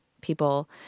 people